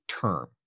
term